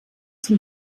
zum